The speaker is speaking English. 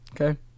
Okay